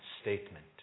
statement